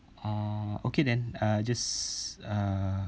uh okay then uh just go ahead with it uh you can proceed with the booking of that room also